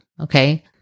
okay